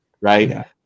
right